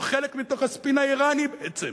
הוא חלק מתוך הספין האירני בעצם.